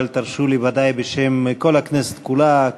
אבל תרשו לי ודאי בשם כל הכנסת כולה,